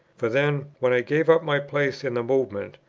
for then, when i gave up my place in the movement,